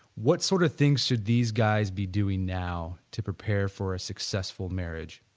what sort of things should these guys be doing now to prepare for a successful marriage?